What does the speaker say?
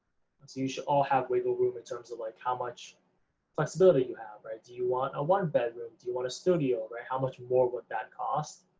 but you you should all have wiggle room in terms of, like, how much flexibility you have, right, do you want a one-bedroom, do you want a studio, right, how much more would that cost?